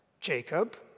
Jacob